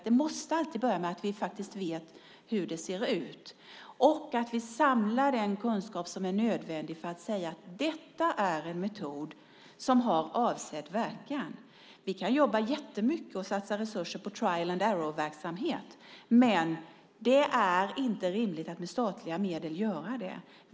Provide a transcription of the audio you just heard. Det måste alltid börja med att vi faktiskt vet hur det ser ut och att vi samlar den kunskap som är nödvändig för att kunna säga att detta är en metod som har avsedd verkan. Vi kan jobba jättemycket med och satsa resurser på trial-and-error-verksamhet, men det är inte rimligt att göra det med statliga medel.